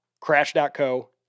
Crash.co